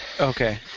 Okay